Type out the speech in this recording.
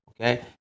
okay